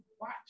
watch